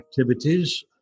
activities